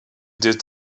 did